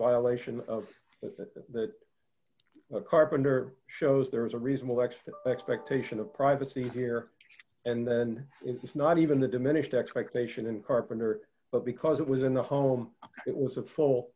violation of that carpenter shows there is a reasonable exit expectation of privacy here and then it's not even the diminished expectation and carpenter but because it was in the home it was a full